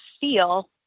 feel